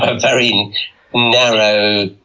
ah very narrow